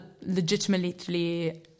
legitimately